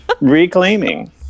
reclaiming